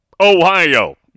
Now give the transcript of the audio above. Ohio